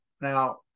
now